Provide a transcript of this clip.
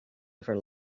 never